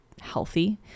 healthy